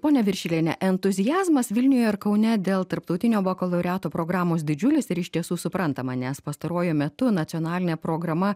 ponia viršiliene entuziazmas vilniuje ir kaune dėl tarptautinio bakalaureato programos didžiulis ir iš tiesų suprantama nes pastaruoju metu nacionalinė programa